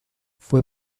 fue